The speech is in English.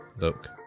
look